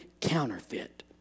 counterfeit